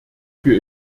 für